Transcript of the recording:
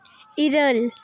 ᱤᱨᱟᱹᱞ